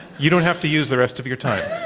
you don't have to use the rest of your time.